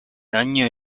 daño